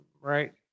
Right